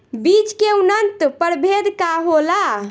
बीज के उन्नत प्रभेद का होला?